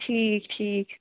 ٹھیٖک ٹھیٖک